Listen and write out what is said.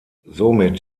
somit